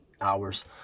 hours